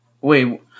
Wait